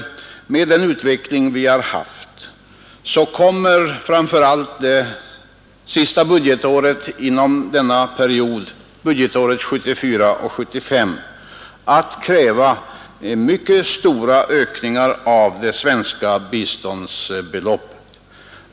Med den utveckling vi har haft kommer självfallet framför allt det sista budgetåret inom den aktuella perioden, 1974/75, att kräva mycket stora ökningar av det svenska biståndet.